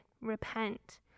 repent